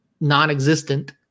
non-existent